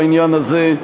בעניין הזה,